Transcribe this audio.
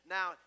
Now